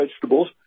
vegetables